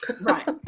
Right